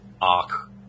arc